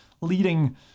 leading